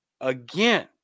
again